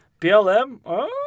BLM